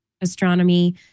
astronomy